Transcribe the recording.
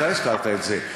אתה הזכרת את זה.